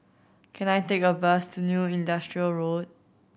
can I take a bus to New Industrial Road